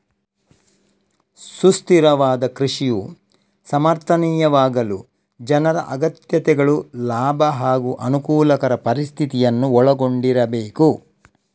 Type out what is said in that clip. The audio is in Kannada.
ಸುಸ್ಥಿರವಾದ ಕೃಷಿಯು ಸಮರ್ಥನೀಯವಾಗಲು ಜನರ ಅಗತ್ಯತೆಗಳು ಲಾಭ ಹಾಗೂ ಅನುಕೂಲಕರ ಪರಿಸ್ಥಿತಿಯನ್ನು ಒಳಗೊಂಡಿರಬೇಕು